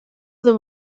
them